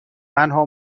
تنها